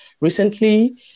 recently